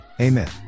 Amen